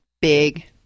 big